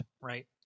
right